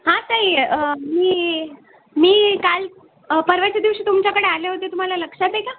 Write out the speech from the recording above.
हां ताई मी मी काल परवाच्या दिवशी तुमच्याकडे आले होते तुम्हाला लक्षात आहे का